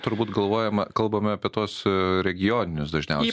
turbūt galvojama kalbame apie tuos regioninius dažniausiai